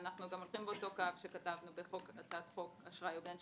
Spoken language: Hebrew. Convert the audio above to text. ואנחנו גם הולכים באותו קו שכתבנו בהצעת חוק אשראי הוגן,